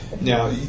now